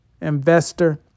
investor